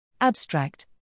Abstract